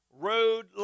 Road